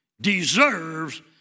deserves